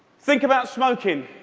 think about smoking.